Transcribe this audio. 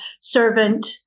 servant